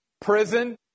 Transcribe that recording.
prison